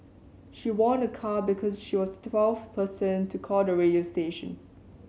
she won a car because she was the twelfth person to call the radio station